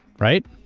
right?